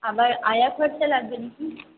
আবার আয়া খরচা লাগবে